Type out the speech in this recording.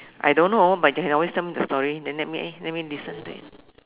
I don't know but you can always tell me story then let me eh let me listen to it